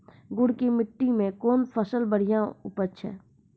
गुड़ की मिट्टी मैं कौन फसल बढ़िया उपज छ?